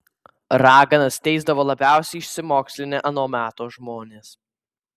raganas teisdavo labiausiai išsimokslinę ano meto žmonės